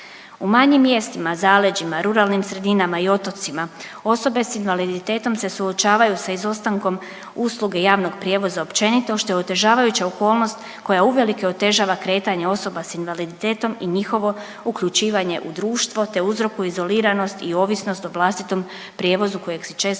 U manjim mjestima, zaleđima, ruralnim sredinama i otocima osobe s invaliditetom se suočavaju s izostankom usluge javnog prijevoza općenito što je otežavajuća okolnost koja uvelike otežava kretanje osoba s invaliditetom i njihovo uključivanje u društvo te uzrokuju izoliranost i ovisnost o vlastitom prijevozu kojeg si često ne